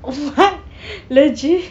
what legit